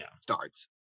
starts